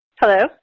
Hello